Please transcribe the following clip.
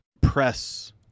press